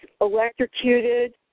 electrocuted